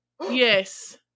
Yes